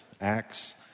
Acts